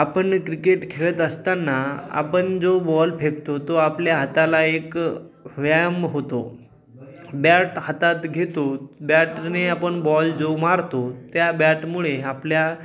आपण क्रिकेट खेळत असताना आपण जो बॉल फेकतो तो आपल्या हाताला एक व्यायाम होतो बॅट हातात घेतो बॅटने आपण बॉल